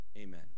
amen